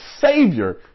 savior